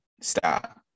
stop